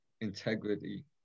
integrity